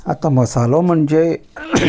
आतां मसालो म्हणजे